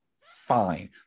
fine